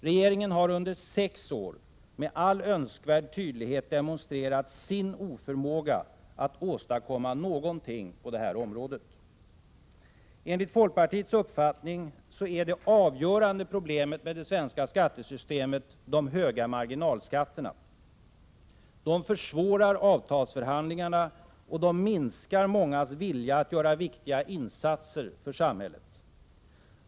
Regeringen har under sex år med all önskvärd tydlighet demonstrerat sin oförmåga att åstadkomma någonting på det här området. t Enligt folkpartiets uppfattning är det avgörande problemet med det svenska skattesystemet de höga marginalskatterna. De försvårar avtalsförhandlingarna och minskar mångas vilja att göra viktiga insatser för samhället.